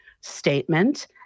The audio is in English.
statement